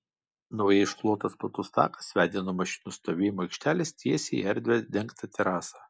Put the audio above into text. naujai išklotas platus takas vedė nuo mašinų stovėjimo aikštelės tiesiai į erdvią dengtą terasą